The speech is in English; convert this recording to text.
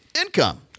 Income